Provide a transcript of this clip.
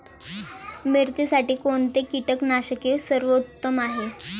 मिरचीसाठी कोणते कीटकनाशके सर्वोत्तम आहे?